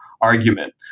argument